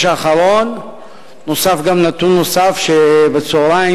האחרון נוסף גם הנתון שפורסם בצהריים,